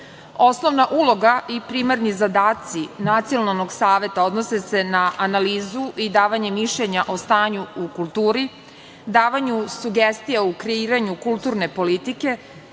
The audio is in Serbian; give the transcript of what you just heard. kulture. Osnovna uloga i primarni zadaci Nacionalnog saveta odnose se na analizu i davanje mišljenja o stanju u kulturi, davanju sugestija u kreiranju kulturne politike,